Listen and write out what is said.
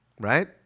right